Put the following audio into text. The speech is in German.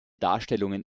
darstellungen